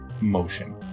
motion